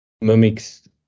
mimics